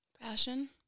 Passion